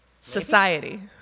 society